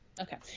Okay